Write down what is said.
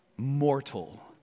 mortal